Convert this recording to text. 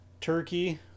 turkey